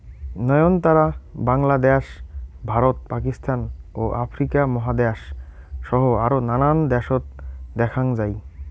নয়নতারা বাংলাদ্যাশ, ভারত, পাকিস্তান ও আফ্রিকা মহাদ্যাশ সহ আরও নানান দ্যাশত দ্যাখ্যাং যাই